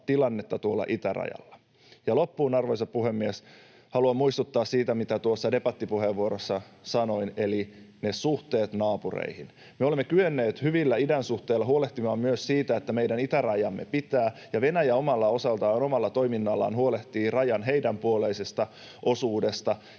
tilannetta tuolla itärajalla. Loppuun, arvoisa puhemies, haluan muistuttaa siitä, mitä debattipuheenvuorossa sanoin, eli suhteet naapureihin. Me olemme kyenneet hyvillä idänsuhteilla huolehtimaan myös siitä, että meidän itärajamme pitää, ja Venäjä omalta osaltaan, omalla toiminnallaan huolehtii rajan heidän puoleisesta osuudesta